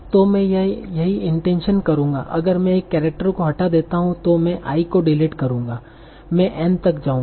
तो मैं यही इंटेंशन करूंगा अगर मैं एक केरेक्टर को हटा देता हूं तो में i को डिलीट करूंगा में n तक जाऊंगा